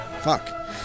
fuck